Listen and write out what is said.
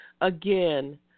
again